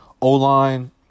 O-line